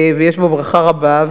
ויש בו ברכה רבה,